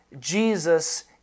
Jesus